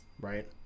Right